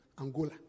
Angola